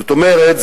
זאת אומרת,